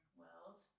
world